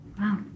Wow